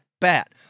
bat